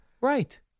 Right